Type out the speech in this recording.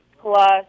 plus